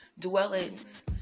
dwellings